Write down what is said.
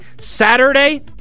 Saturday